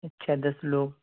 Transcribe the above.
اچھا دس لوگ